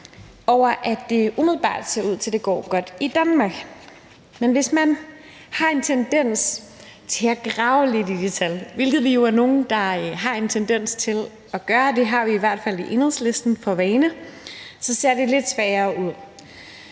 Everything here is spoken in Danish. over, at det umiddelbart ser ud til, at det går godt i Danmark. Men hvis man har en tendens til at grave lidt i de tal, hvilket vi jo er nogle der har en tendens til at gøre, det har vi i hvert fald i Enhedslisten for vane at gøre, så ser det lidt sværere ud.